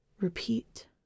Repeat